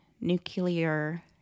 nuclear